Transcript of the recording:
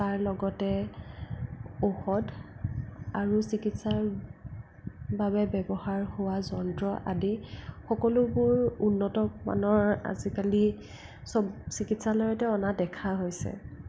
তাৰ লগতে ঔষধ আৰু চিকিৎসাৰ বাবে ব্যৱহাৰ হোৱা যন্ত্ৰ আদি সকলোবোৰ উন্নতমানৰ আজিকালি চব চিকিৎসালয়তে অনা দেখা হৈছে